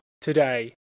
today